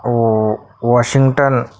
वो वॉशिंग्टन